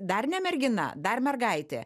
dar ne mergina dar mergaitė